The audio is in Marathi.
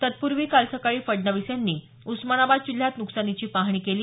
तत्पूर्वी काल सकाळी फडणवीस यांनी उस्मानाबाद जिल्ह्यात नुकसानीची पाहणी केली